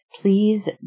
please